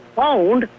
found